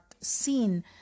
seen